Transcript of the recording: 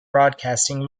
broadcasting